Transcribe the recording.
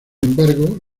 embargo